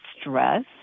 stress